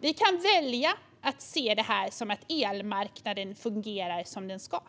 Vi kan välja att se detta som att elmarknaden fungerar som den ska.